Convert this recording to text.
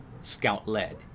Scout-led